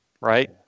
right